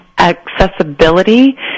accessibility